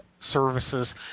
services